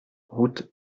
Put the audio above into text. route